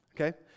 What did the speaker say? Okay